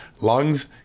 lungs